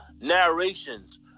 narrations